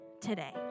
today